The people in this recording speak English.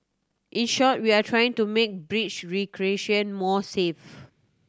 in short we are trying to make breach recreation more safe